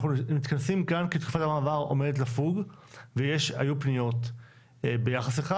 אנחנו מתכנסים כאן כי תקופת המעבר עומדת לפוג והיו פניות ביחס לכך,